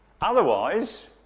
Otherwise